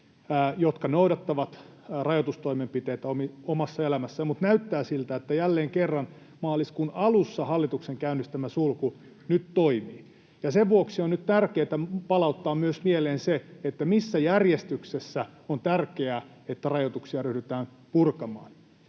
jotka noudattavat rajoitustoimenpiteitä omassa elämässään, mutta näyttää siltä, että jälleen kerran hallituksen maaliskuun alussa käynnistämä sulku nyt toimii, ja sen vuoksi on nyt tärkeätä palauttaa myös mieleen, missä järjestyksessä on tärkeää, että rajoituksia ryhdytään purkamaan.